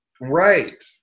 Right